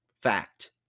Fact